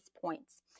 points